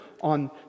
on